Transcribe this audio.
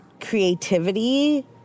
creativity